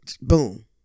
Boom